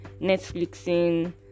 netflixing